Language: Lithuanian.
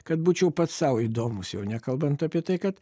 kad būčiau pats sau įdomus jau nekalbant apie tai kad